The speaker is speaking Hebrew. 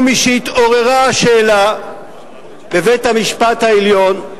ומשהתעוררה השאלה בבית-המשפט העליון,